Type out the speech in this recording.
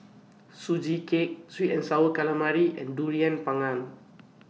Sugee Cake Sweet and Sour Calamari and Durian Pengat